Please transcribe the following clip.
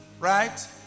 Right